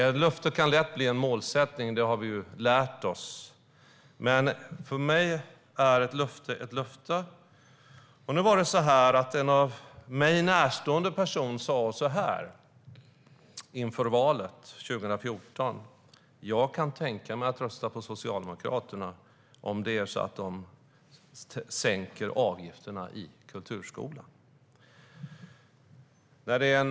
Ett löfte kan lätt bli en målsättning, det har vi lärt oss. Men för mig är ett löfte ett löfte. En mig närstående person sa följande inför valet 2014: Jag kan tänka mig att rösta på Socialdemokraterna om de sänker avgifterna i kulturskolan.